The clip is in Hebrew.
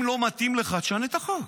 אם לא מתאים לך, תשנה את החוק.